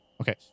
Okay